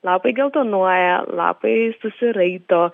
lapai geltonuoja lapai susiraito